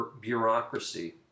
bureaucracy